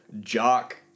jock